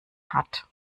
hat